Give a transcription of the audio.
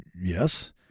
Yes